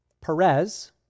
Perez